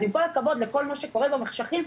אז עם כל הכבוד לכל מה שקורה במחשכים,